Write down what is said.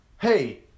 hey